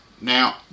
Now